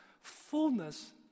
fullness